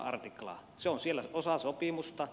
se on siellä osa sopimusta